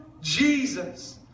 Jesus